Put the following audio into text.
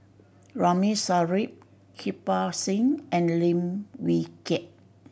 Ramli Sarip Kirpal Singh and Lim Wee Kiak